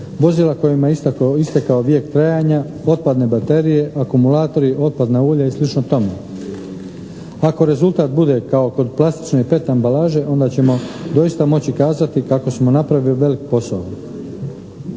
vozila kojima je istekao vijek trajanja, otpadne baterije, akumulatori, otpadna ulja i slično tome. Ako rezultat bude kao kod plastične i PET ambalaže onda ćemo doista moći kazati kako smo napravili velik posao.